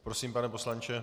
Prosím, pane poslanče.